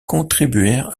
contribuèrent